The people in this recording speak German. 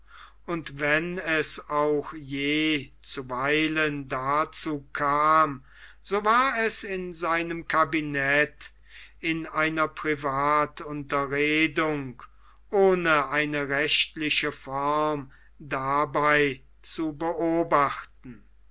und wenn es auch je zuweilen dazu kam so war es in seinem kabinet in einer privatunterredung ohne eine rechtliche form dabei zu beobachten